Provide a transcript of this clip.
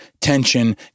tension